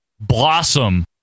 Blossom